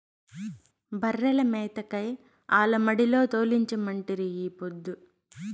బర్రెల మేతకై ఆల మడిలో తోలించమంటిరి ఈ పొద్దు